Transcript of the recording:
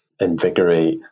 invigorate